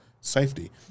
Safety